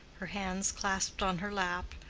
her hands clasped on her lap,